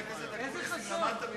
איזה חסון?